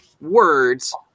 words